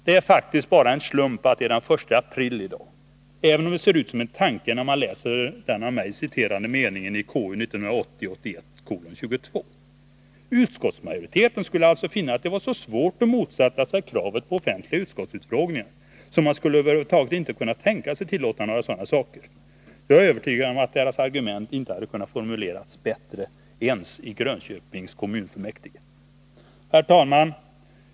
Det är faktiskt bara en slump att det är den 1 april, även om det ser ut som en tanke när man läser den av mig citerade meningen i KU 1980/81:21. Utskottsmajoriteten skulle alltså finna att det var så svårt att motsätta sig kravet på offentliga utskottsutfrågningar att man över huvud taget inte skulle kunna tänka sig att tillåta sådana saker. Jag är övertygad om att deras argument inte hade kunnat formuleras bättre ens i Grönköpings kommunfullmäktige. Herr talman!